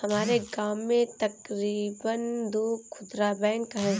हमारे गांव में तकरीबन दो खुदरा बैंक है